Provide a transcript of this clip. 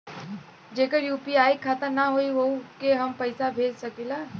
जेकर यू.पी.आई खाता ना होई वोहू के हम पैसा भेज सकीला?